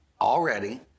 already